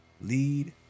Lead